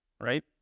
right